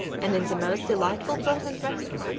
and in the most delightfully pleasant weather.